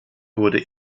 wurde